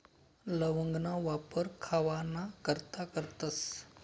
लवंगना वापर खावाना करता करतस